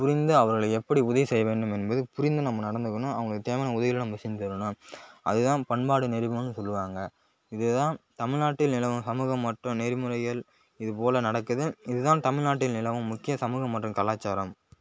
புரிந்து அவர்களை எப்படி உதவி செய்ய வேண்டும் என்பது புரிந்து நம்ம நடந்துக்கணும் அவர்களுக்கு தேவையான உதவிகளை நம்ம செஞ்சு தரணும் அது தான் பண்பாடு நெறிமுறைனு சொல்லுவாங்க இது தான் தமிழ்நாட்டின் நிலவும் சமூகம் மற்றும் நெறிமுறைகள் இது போல் நடக்குது இது தான் தமிழ்நாட்டின் நிலவும் முக்கிய சமூகம் மற்றும் கலாச்சாரம்